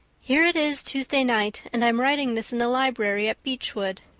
here it is tuesday night and i'm writing this in the library at beechwood.